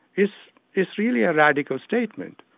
is is really a radical statement.